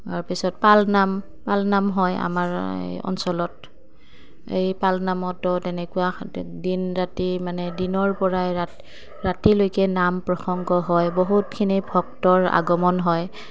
তাৰ পিছত পালনাম পালনাম হয় আমাৰ এই অঞ্চলত এই পালনামতো তেনেকুৱা দিন ৰাতি মানে দিনৰপৰাই ৰাতিলৈকে নাম প্ৰসংগ হয় বহুতখিনি ভক্তৰ আগমন হয়